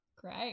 Great